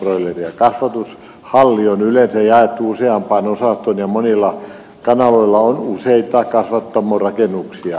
kasvatushalli on yleensä jaettu useampaan osastoon ja monilla kanaloilla on useita kasvattamorakennuksia